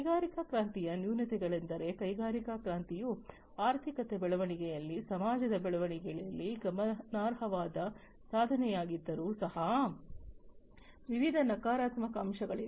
ಕೈಗಾರಿಕಾ ಕ್ರಾಂತಿಯ ನ್ಯೂನತೆಗಳೆಂದರೆ ಕೈಗಾರಿಕಾ ಕ್ರಾಂತಿಯು ಆರ್ಥಿಕತೆಯ ಬೆಳವಣಿಗೆಯಲ್ಲಿ ಸಮಾಜದ ಬೆಳವಣಿಗೆಯಲ್ಲಿ ಗಮನಾರ್ಹವಾದ ಸಾಧನೆಯಾಗಿದ್ದರೂ ಸಹ ವಿವಿಧ ನಕಾರಾತ್ಮಕ ಅಂಶಗಳಿವೆ